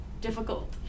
difficult